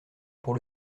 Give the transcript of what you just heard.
pour